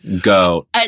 go